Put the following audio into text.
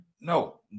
no